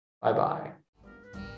Bye-bye